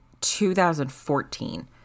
2014